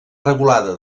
regulada